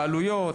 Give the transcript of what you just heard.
בעלויות,